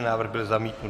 Návrh byl zamítnut.